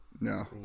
No